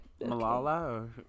Malala